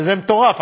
וזה מטורף,